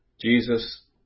Jesus